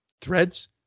Threads